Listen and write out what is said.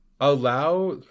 allow